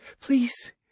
Please